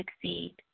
succeed